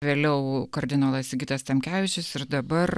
vėliau kardinolas sigitas tamkevičius ir dabar